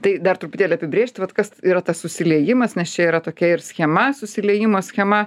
tai dar truputėlį apibrėžti vat kas yra tas susiliejimas nes čia yra tokia ir schema susiliejimo schema